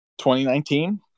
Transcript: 2019